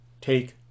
take